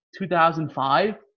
2005